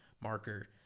marker